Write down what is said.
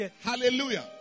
Hallelujah